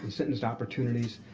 sentencing opportunities,